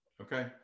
Okay